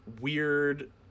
weird